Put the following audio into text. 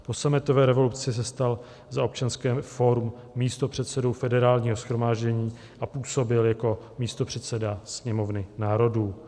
Po sametové revoluci se stal za Občanské fórum místopředsedou Federálního shromáždění a působil jako místopředseda Sněmovny národů.